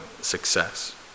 success